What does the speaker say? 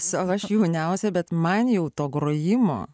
sau aš jauniausia bet man jau to grojimo